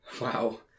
Wow